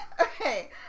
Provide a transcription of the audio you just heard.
Okay